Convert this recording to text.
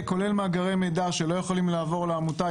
מאגרי מידע של נתוני נהגים וכו' שלא יכולים לעבור לעמותה,